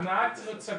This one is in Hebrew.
הנהג צריך להיות סגור,